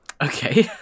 Okay